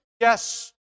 yes